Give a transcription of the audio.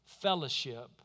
fellowship